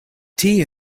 tea